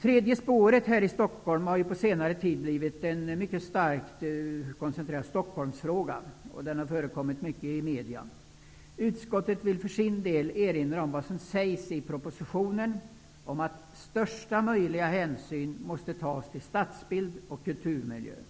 Tredje spåret här i Stockholm har på senare tid blivit en viktig Stockholmsfråga, som också förekommit mycket i media. Utskottet vill för sin del erinra om vad som sägs i propositionen om att största möjliga hänsyn måste tas till stadsbild och kulturmiljö.